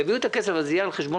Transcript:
הם יביאו את הכסף וזה יהיה על חשבון